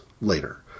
later